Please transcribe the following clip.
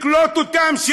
לקלוט אותם,